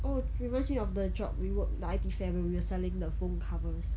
oh reminds me of the job we work the I_T fair when we were selling the phone covers